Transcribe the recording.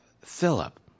Philip